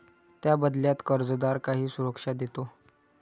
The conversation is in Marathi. त्या बदल्यात कर्जदार काही सुरक्षा देतो